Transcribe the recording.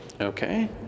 Okay